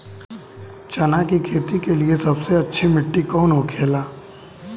चना की खेती के लिए सबसे अच्छी मिट्टी कौन होखे ला?